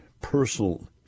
personal